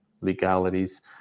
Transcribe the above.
legalities